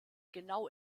genau